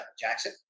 Jackson